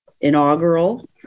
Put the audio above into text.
inaugural